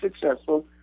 successful